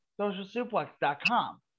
Socialsuplex.com